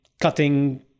cutting